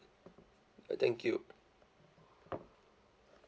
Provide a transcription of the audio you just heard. I thank you